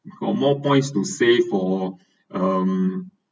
got more points to say for um